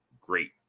great